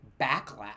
backlash